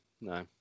no